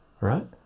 right